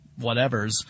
whatevers